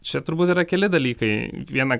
čia turbūt yra keli dalykai vieną